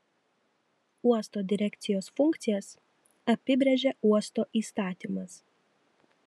uosto direkcijos funkcijas apibrėžia uosto įstatymas